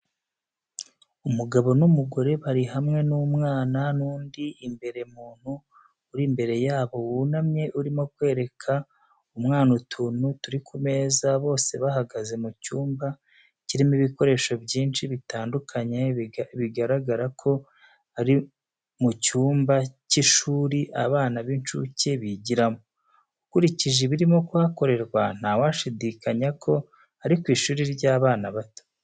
Umugabo n'umugore barihamwe numwana nundi imbere muntu uri imbere yabo wunamye urimo kwereka umwana utuntu turi kumeza bose bahagaze mucyumba kirimo ibikoresho byinshi bitandukanye bigaragara ko arimucyumba kishiri abana binxuke bigiramo . ukurikije ibirimo kuhakorerwa ntawashidikanya ko arikwishuri ryabana bato.